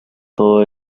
todo